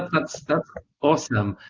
that's that's awesome,